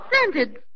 scented